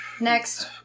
Next